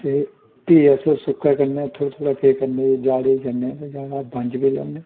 ते भी अस सुक्के कन्नै थोह्ड़ा थोह्ड़ा केह् करनें जाड़े जन्नें ते जाड़ा दा बंज बी लेऔन्नें